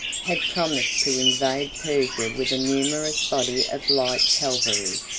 had promised to invade persia with a numerous body of light cavalry.